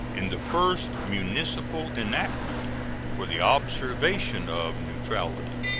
in the first municipal enactment for the observance of neutrality.